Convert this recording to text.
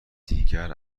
دیگر